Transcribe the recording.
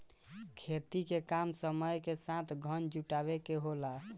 खेती के काम समय के साथ धन जुटावे के होला